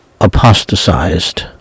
apostatized